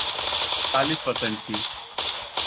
चालीस पर्सेंट की